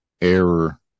error